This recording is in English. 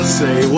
say